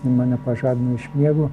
mane pažadino iš miego